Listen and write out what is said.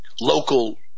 Local